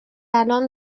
الان